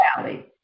valley